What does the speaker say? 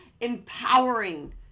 empowering